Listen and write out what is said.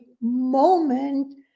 moment